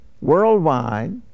worldwide